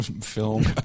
film